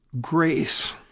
grace